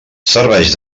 serveix